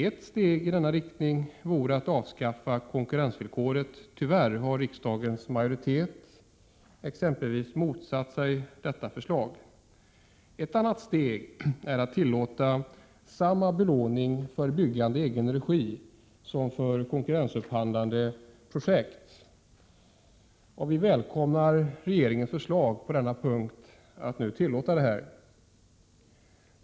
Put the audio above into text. Ett steg i denna riktning vore att avskaffa konkurrensvillkoret. Tyvärr har riksdagens majoritet motsatt sig exempelvis detta förslag. Ett annat steg är att tillåta samma belåning för byggande i egen regi som för konkurrensupphandlade projekt. Vi välkomnar regeringens förslag att nu tillåta det.